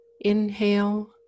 inhale